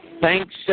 thanks